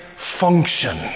Function